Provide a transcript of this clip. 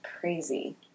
crazy